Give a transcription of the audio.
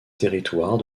territoire